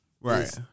Right